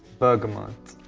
bergamot,